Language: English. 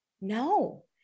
no